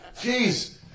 Jeez